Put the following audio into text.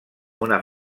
una